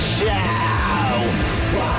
show